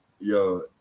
Yo